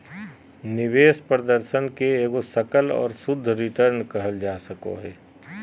निवेश प्रदर्शन के एगो सकल और शुद्ध रिटर्न कहल जा सको हय